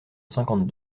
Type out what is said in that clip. cinquante